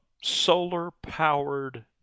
solar-powered